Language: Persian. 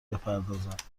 بپردازند